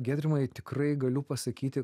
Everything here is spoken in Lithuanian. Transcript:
giedrimai tikrai galiu pasakyti